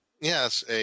yes